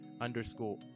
underscore